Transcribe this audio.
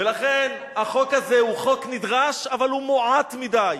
ולכן החוק הזה הוא חוק נדרש אבל הוא מועט מדי.